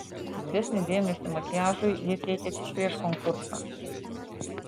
didesnį dėmesį makiažui ji teikė tik prieš konkursą